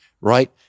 right